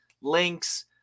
links